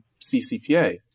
CCPA